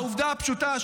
העובדה הפשוטה,